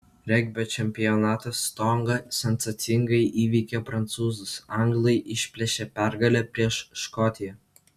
regbio čempionatas tonga sensacingai įveikė prancūzus anglai išplėšė pergalę prieš škotiją